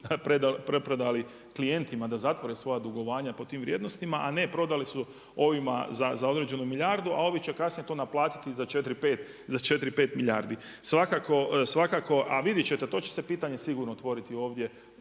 preprodali klijentima da zatvore svoja dugovanja po tim vrijednostima, a ne prodali su ovima za određenu milijardu, a ovi će to kasnije naplatiti za 4, 5 milijardi. A vidjet ćete to će se pitanje sigurno otvoriti ovdje,